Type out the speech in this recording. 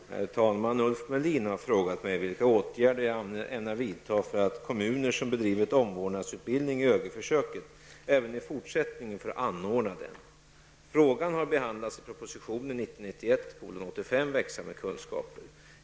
Herr talman! Ulf Melin har frågat mig vilka åtgärder jag ämnar vidta för att kommuner som bedrivit omvårdnadsutbildning i ÖGY-försöket även i fortsättningen får anordna den. Frågan har behandlats i propositionen 1990/91:85 Växa med kunskaper.